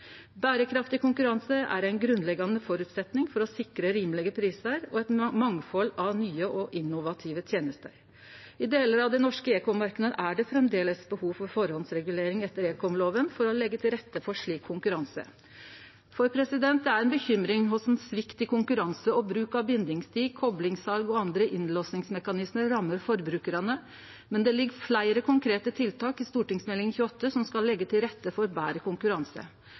Berekraftig konkurranse er ein grunnleggjande føresetnad for å sikre rimelege prisar og eit mangfald av nye og innovative tenester. I delar av den norske ekommarknaden er det framleis behov for førehandsregulering etter ekomloven for å leggje til rette for slik konkurranse. Det er ei bekymring at svikt i konkurranse og bruk av bindingstid, koplingssal og andre innlåsingsmekanismar rammar forbrukarane, men det ligg fleire konkrete tiltak i Meld. St. 28 som skal leggje til rette for betre konkurranse.